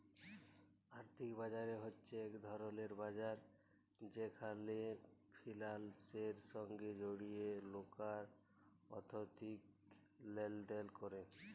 আর্থিক বাজার হছে ইক ধরলের বাজার যেখালে ফিলালসের সঙ্গে জড়িত লকরা আথ্থিক লেলদেল ক্যরে